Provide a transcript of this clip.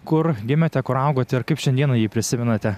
kur gimėte kur augote ir kaip šiandieną jį prisimenate